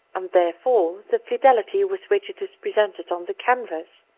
and therefore the fidelity with which it is presented on the canvas.